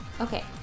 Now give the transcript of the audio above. Okay